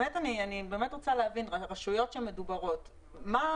אני באמת רוצה להבין הרשויות שמדובר בהן,